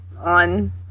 on